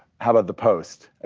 how about the post?